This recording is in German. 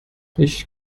ich